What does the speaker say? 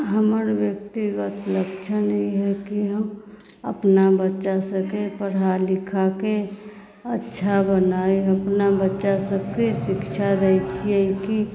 हमर व्यक्तिगत लक्षण ई हइ कि हम अपना बच्चासभके पढ़ा लिखाके अच्छा बनाय अपना बच्चासभके शिक्षा दैत छियै कि